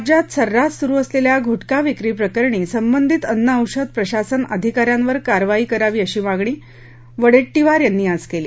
राज्यात सर्रास सुरू असलेल्या गुटखा विक्री प्रकरणी संबंधित अन्न औषध प्रशासन अधिकाऱ्यावर कारवाई करावी अशी मागणी वडेट्टीवार यांनी केली